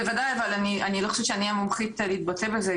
בוודאי אבל אני לא חושבת שאני המומחיות להתבטא בזה,